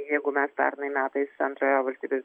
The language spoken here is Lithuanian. jeigu mes pernai metais antrąją valstybės